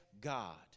God